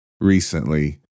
recently